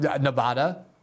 Nevada